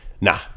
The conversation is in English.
Nah